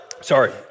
Sorry